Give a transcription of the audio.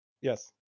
Yes